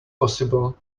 possible